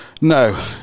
No